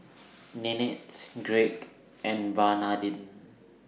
Nanette Greg and Bernardine